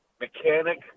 mechanic